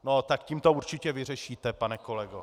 No, tak tím to určitě vyřešíte, pane kolego.